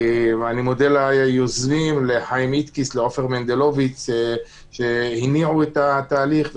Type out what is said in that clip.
אני מודה ליוזמים: לחיים איטקיס ולעופר מנדלוביץ' שהניעו את התהליך,